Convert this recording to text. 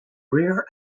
rear